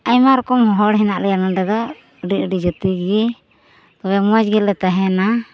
ᱟᱭᱢᱟ ᱨᱚᱠᱚᱢ ᱦᱚᱲ ᱦᱮᱱᱟᱜ ᱞᱮᱭᱟ ᱱᱚᱰᱮ ᱫᱚ ᱟᱹᱰᱤ ᱟᱹᱰᱤ ᱡᱟᱹᱛᱤᱜᱮ ᱛᱚᱵᱮ ᱢᱚᱡᱽᱜᱮ ᱞᱮ ᱛᱟᱦᱮᱱᱟ